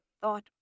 thought